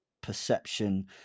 perception